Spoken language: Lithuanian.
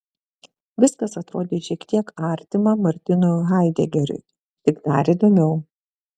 viskas atrodė šiek tiek artima martinui haidegeriui tik dar įdomiau